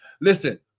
Listen